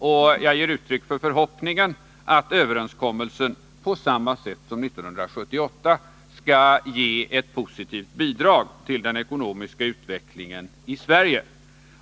Och jag ger uttryck för förhoppningen att överenskommelsen på samma sätt som då skall ge ett positivt bidrag till den ekonomiska utvecklingen i Sverige.